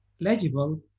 legible